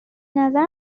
نظر